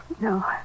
No